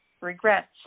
regrets